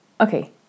Okay